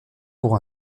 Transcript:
pour